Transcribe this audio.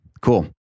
Cool